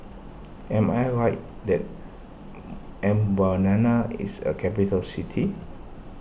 am I right that Mbabana is a capital city